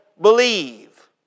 believe